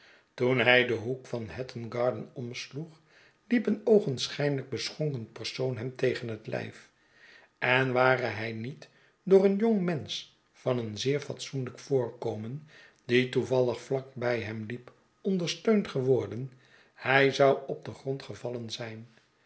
toen hij den hoek van hat ton garden omsloeg liep een oogenschijnlijk beschonken persoon hem tegen het lijf en ware hij niet door een jong mensch van een zeer fatsoenlijk voorkomen die toevallig vlak bij hem liep ondersteund geworden hij zou op den grond gevallen zijn